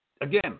Again